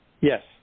Yes